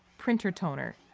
printer toner,